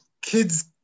kids